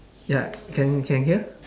ya can can hear